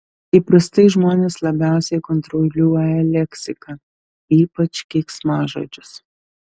įprastai žmonės labiausiai kontroliuoja leksiką ypač keiksmažodžius